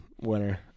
winner